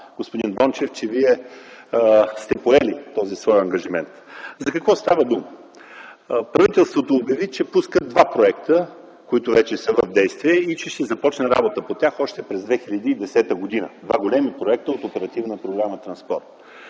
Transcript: Господин Дончев, надявам се, че сте поели този свой ангажимент. За какво става дума? Правителството обяви, че пуска два проекта, които вече са в действие, и че ще започне работа по тях още от 2010 г. Това са два големи проекта по оперативна програма „Транспорт”.